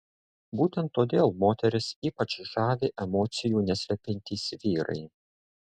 būtent todėl moteris ypač žavi emocijų neslepiantys vyrai